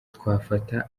twafata